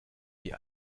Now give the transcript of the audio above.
wie